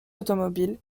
automobiles